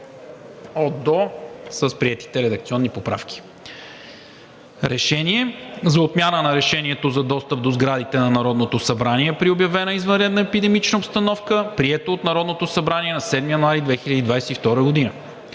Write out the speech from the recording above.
– до, с приетите редакционни поправки: „Проект! РЕШЕНИЕ за отмяна на Решението за достъп до сградите на Народното събрание при обявена извънредна епидемична обстановка, прието от Народното събрание на 7 януари 2022 г.